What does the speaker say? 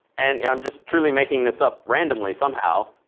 and i'm just truly making this up randomly somehow,